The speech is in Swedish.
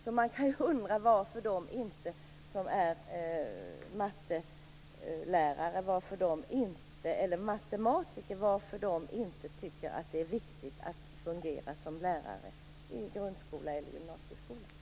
Så man kan ju undra varför matematiker inte tycker att det är viktigt att fungera som lärare i grundskola eller gymnasieskola.